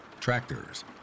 tractors